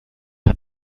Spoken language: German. hat